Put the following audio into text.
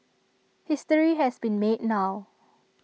history has been made now